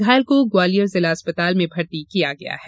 घायल को ग्वालियर जिला अस्पताल में भर्ती किया गया है